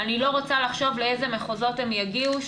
אני לא רוצה לחשוב לאיזה מחוזות הם יגיעו.